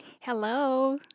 Hello